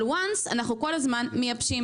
אבל once אנחנו כל הזמן מייבשים,